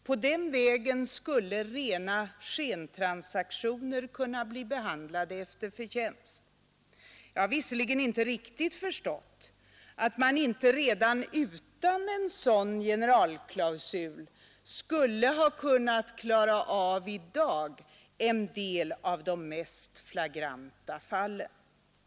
På den vägen skulle rena skentransaktioner kunna bli behandlade efter förtj Jag har visserligen inte riktigt förstått att man inte redan utan en sådan generalklausul i dag skulle ha kunnat klara en del av de mest flagranta fallen.